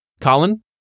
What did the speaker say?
Colin